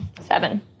Seven